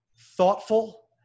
thoughtful